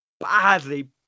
badly